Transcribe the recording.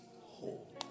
whole